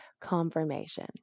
confirmation